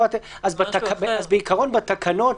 אז בעיקרון בתקנות,